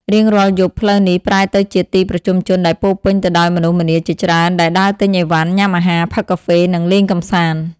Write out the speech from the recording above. រៀងរាល់យប់ ផ្លូវនេះប្រែទៅជាទីប្រជុំជនដែលពោរពេញទៅដោយមនុស្សម្នាជាច្រើនដែលដើរទិញអីវ៉ាន់ ញ៉ាំអាហារ ផឹកកាហ្វេ និងលេងកម្សាន្ត។